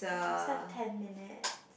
we still have ten minutes